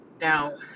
now